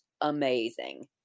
amazing